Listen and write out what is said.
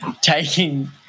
taking